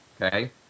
okay